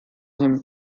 him